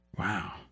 Wow